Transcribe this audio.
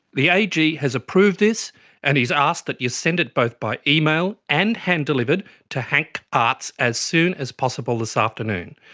the ag has approved this and has asked that you send it both by email and hand-delivered to hanks arts as soon as possible this afternoon.